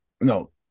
no